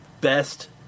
best